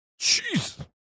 Jeez